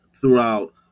throughout